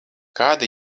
kāda